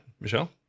Michelle